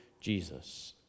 Jesus